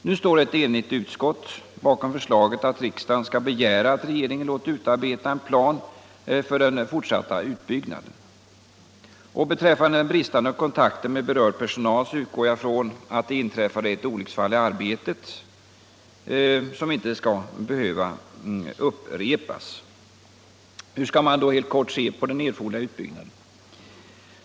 Nu står ett enigt utskott bakom förslaget att riksdagen skall begära att regeringen låter utarbeta en plan för den fortsatta utbyggnaden. Beträffande den bristande kontakten med berörd personal utgår jag ifrån att det inträffade är ett olycksfall i arbetet som inte skall behöva upprepas. Hur skall man då se på den erforderliga utbyggnaden?